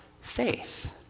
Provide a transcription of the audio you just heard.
faith